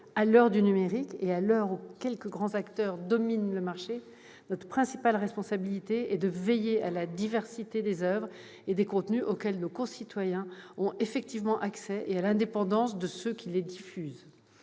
À l'heure du numérique et alors que quelques grands acteurs dominent le marché, notre principale responsabilité est de veiller à la diversité des oeuvres et des contenus, auxquels nos concitoyens ont effectivement accès, et à l'indépendance de ceux qui les diffusent.